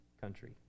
country